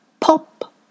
pop